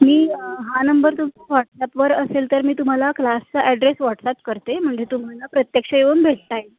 मी हा नंबर तुमचा व्हॉट्सॲपवर असेल तर मी तुम्हाला क्लासचा ॲड्रेस व्हॉट्सअप करते म्हणजे तुम्हाला प्रत्यक्ष येऊन भेटता येईल